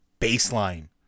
baseline